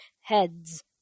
heads